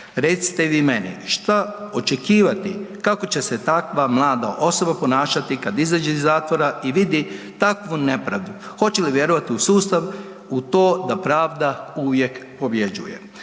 Recite vi meni šta očekivati kako će se takva mlada osoba ponašati kada izađe iz zatvora i vidi takvu nepravdu? Hoće li vjerovati u sustav u to da pravda uvijek pobjeđuje?